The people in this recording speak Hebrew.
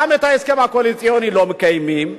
גם את ההסכם הקואליציוני לא מקיימים,